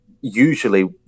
usually